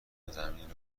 زمین